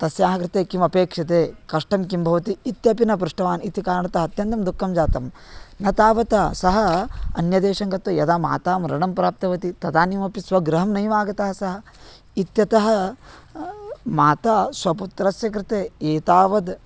तस्याः कृते किमपेक्षते कष्टं किं भवति इत्यपि न पृष्टवान् इति कारणतः अत्यन्तं दुःखं जातं न तावत् सः अन्यदेशं गत्वा यदा माता मरणं प्राप्तवति तदानीमपि स्वगृहं नैव आगतः सः इत्यतः माता स्वपुत्रस्य कृते एतावद्